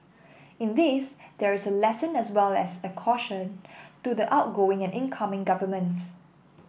in this there is a lesson as well as a caution to the outgoing and incoming governments